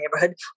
neighborhood